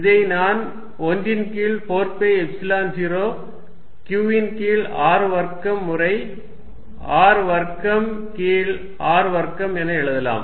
இதை நான் 1 ன் கீழ் 4 பை எப்சிலன் 0 Q ன் கீழ் R வர்க்கம் முறை R வர்க்கம் கீழ் r வர்க்கம் என எழுதலாம்